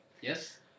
Yes